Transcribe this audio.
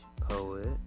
poet